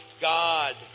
God